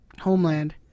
Homeland